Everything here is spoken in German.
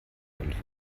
und